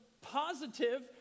positive